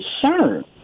concern